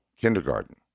kindergarten